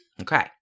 Okay